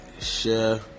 Share